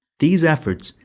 these efforts,